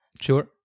Sure